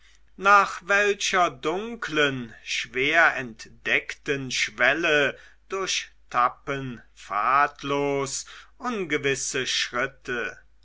nach welcher dunklen schwer entdeckten schwelle durchtappen pfadlos ungewisse schritte